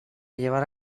llevar